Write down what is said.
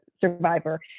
survivor